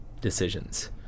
decisions